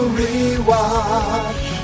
rewatch